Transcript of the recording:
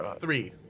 Three